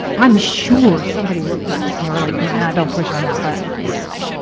i'm sure somebody looked at it. and they were like, meh, don't push on that button right now.